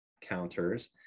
counters